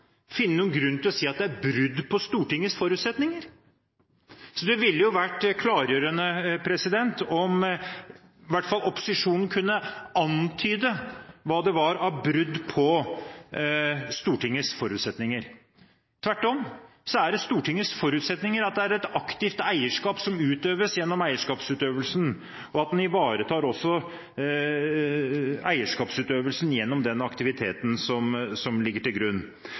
finne noen grunn til å si at det er brudd på Stortingets forutsetninger. Det ville vært klargjørende om i hvert fall opposisjonen kunne antyde hva det var av brudd på Stortingets forutsetninger. Tvert om er det Stortingets forutsetninger at det er et aktivt eierskap som utøves gjennom eierskapsutøvelsen, og at en ivaretar også eierskapsutøvelsen gjennom den aktiviteten som ligger til grunn.